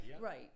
Right